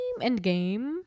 Endgame